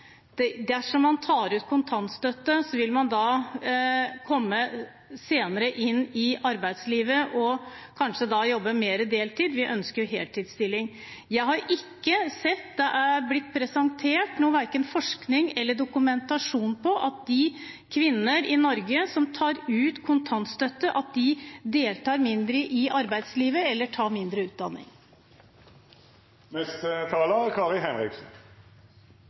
dersom man tar ut kontantstøtte, vil man komme senere inn i arbeidslivet og kanskje jobbe mer deltid – vi ønsker jo heltidsstillinger. Jeg har ikke sett at det er blitt presentert verken forskning eller dokumentasjon på at de kvinner i Norge som tar ut kontantstøtte, deltar mindre i arbeidslivet eller tar mindre utdanning. Jeg vil si som representanten Melby at dagen i dag er